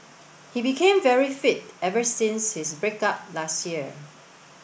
he became very fit ever since his break up last year